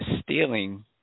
stealing